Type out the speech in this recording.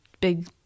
big